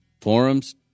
forums